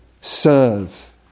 serve